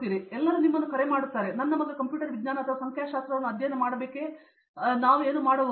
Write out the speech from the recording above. ಆದ್ದರಿಂದ ಎಲ್ಲರೂ ನಿಮ್ಮನ್ನು ಕರೆ ಮಾಡುತ್ತಿದ್ದಾರೆ ನನ್ನ ಮಗ ಕಂಪ್ಯೂಟರ್ ವಿಜ್ಞಾನ ಅಥವಾ ಸಂಖ್ಯಾಶಾಸ್ತ್ರವನ್ನು ಅಧ್ಯಯನ ಮಾಡಬೇಕೆ ಎಂದು ನಾವು ಏನು ಮಾಡಬಹುದು